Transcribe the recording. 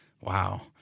Wow